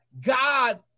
God